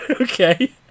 Okay